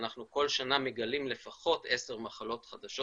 אנחנו כל שנה מגלים לפחות עשר מחלות חדשות